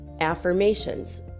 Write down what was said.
affirmations